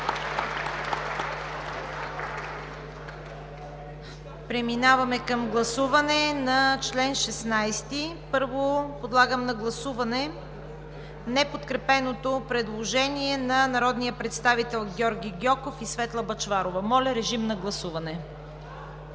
Преминаваме към гласуване на чл. 16. Първо, подлагам на гласуване неподкрепеното предложение на народните представители Георги Гьоков и Светла Бъчварова. Гласували